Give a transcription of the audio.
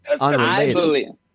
unrelated